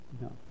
No